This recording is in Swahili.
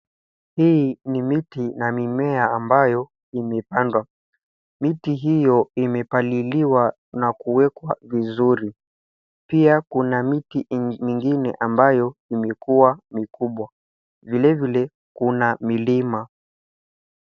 Hii ni miti na mimea ambayo imepandwa. Mti hio imepaliliwa na kuwekwa vizuri, pia kuna miti mingine ambayo imekua mikubwa. Vile vile kuna milima.